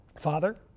Father